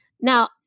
now